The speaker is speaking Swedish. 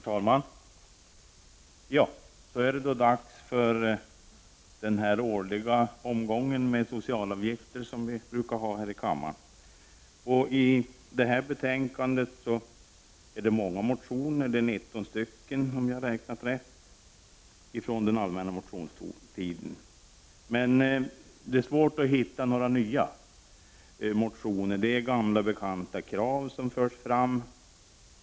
Herr talman! Så är det då dags för den årliga omgången här i kammaren av debatten kring sociala avgifter. I betänkandet behandlas många motioner från den allmänna motionstiden, nämligen 19 stycken om jag har räknat rätt. Det är dock svårt att hitta några nya motioner. Det är gamla bekanta krav som förs fram.